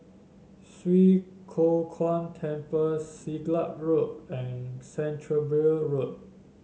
Swee Kow Kuan Temple Siglap Road and Canterbury Road